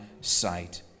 sight